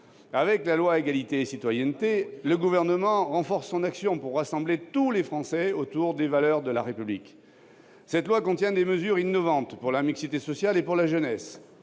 avec cette loi, le Gouvernement renforce son action pour rassembler tous les Français autour des valeurs de la République. Cette loi contient des mesures innovantes pour la mixité sociale et pour la jeunesse.